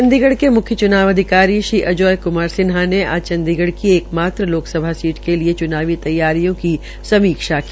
चंडीगढ़ के म्ख्य च्नाव अधिकारी श्री अजय क्मार सिन्हा ने आज चंडीगढ़ की एकमात्र लोकसभा सीट के लिये च्नावी तैयारियों की समीक्षा की